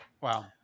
Wow